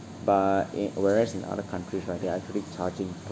but i~ whereas in other countries right they are actually charging